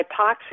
hypoxia